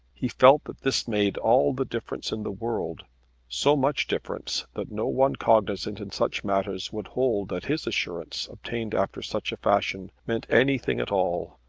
he felt that this made all the difference in the world so much difference that no one cognisant in such matters would hold that his assurance, obtained after such a fashion, meant anything at all.